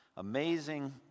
Amazing